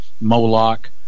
Moloch